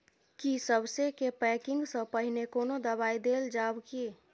की सबसे के पैकिंग स पहिने कोनो दबाई देल जाव की?